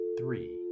three